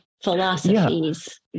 philosophies